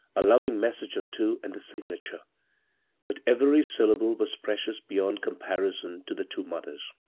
a loving message or two, and the signature but every syllable was precious beyond com parison to the two mothers.